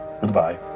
Goodbye